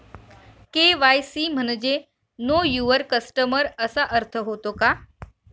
KYC म्हणजे know your customer असा अर्थ होतो का?